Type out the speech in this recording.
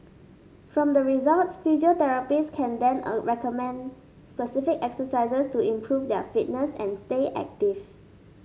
from the results physiotherapists can then recommend specific exercises to improve their fitness and stay active